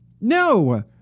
No